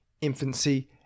infancy